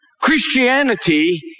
christianity